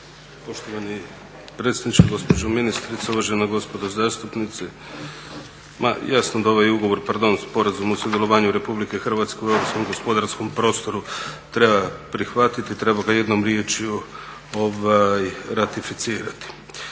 Poštovani predsjedniče, gospođo ministre, uvažena gospodo zastupnici ma jasno da ovaj ugovor, pardon sporazum o sudjelovanju RH u europskom gospodarskom prostoru treba prihvatiti, treba ga jednom riječju ratificirati.